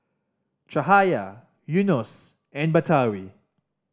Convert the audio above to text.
Cahaya Yunos and Batari